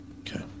Okay